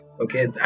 Okay